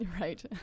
Right